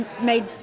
made